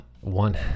one